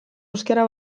euskara